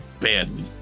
badly